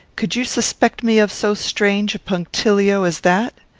could you suspect me of so strange a punctilio as that?